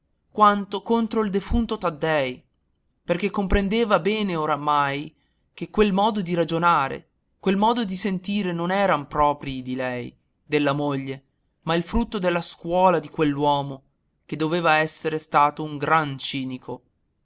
quanto contro il defunto taddei perché comprendeva bene ormai che quel modo di ragionare quel modo di sentire non eran proprii di lei della moglie ma frutto della scuola di quell'uomo che doveva essere stato un gran cinico